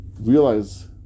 Realize